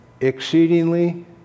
exceedingly